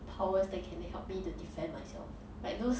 powers that can help me to defend myself like those